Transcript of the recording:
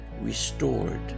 restored